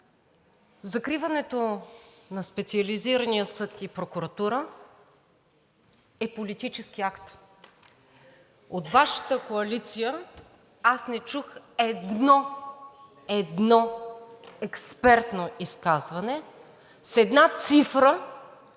закриването на Специализирания съд и прокуратура е политически акт. От Вашата коалиция аз не чух едно експертно изказване с една цифра,